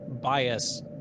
bias